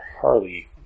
Harley